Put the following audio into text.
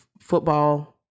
football